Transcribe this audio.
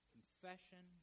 Confession